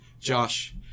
Josh